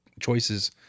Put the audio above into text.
choices